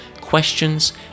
questions